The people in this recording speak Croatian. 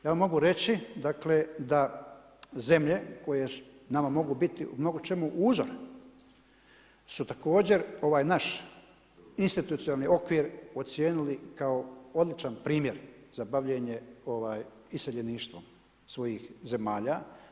Ja vam mogu reći dakle da zemlje koje nama mogu biti u mnogočemu uzor su također ovaj naš institucionalni okvir ocijenili kao odličan primjer za bavljenje iseljeništvom svojih zemalja.